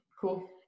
Cool